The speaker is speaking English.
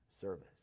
service